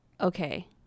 Okay